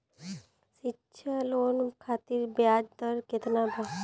शिक्षा लोन खातिर ब्याज दर केतना बा?